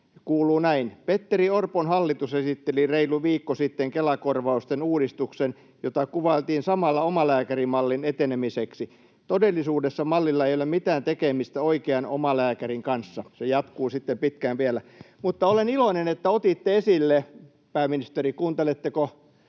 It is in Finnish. kuuluu näin: ”Petteri Orpon hallitus esitteli reilu viikko sitten Kela-korvausten uudistuksen, jota kuvailtiin samalla omalääkärimallin etenemiseksi. Todellisuudessa mallilla ei ole mitään tekemistä oikean omalääkärin kanssa.” Se jatkuu sitten pitkään vielä. Olen iloinen, että otitte esille — pääministeri, kuunteletteko